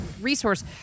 resource